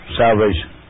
salvation